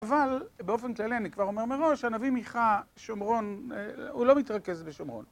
אבל באופן כללי אני כבר אומר מראש, הנביא מיכה, שומרון, הוא לא מתרכז בשומרון.